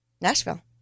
Nashville